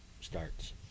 starts